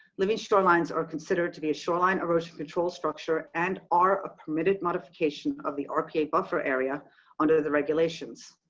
living shorelines are considered to be a shoreline erosion control structure and are a permitted modification of the rpa buffer area under the regulations.